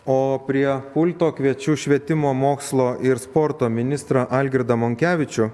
o prie pulto kviečiu švietimo mokslo ir sporto ministrą algirdą monkevičių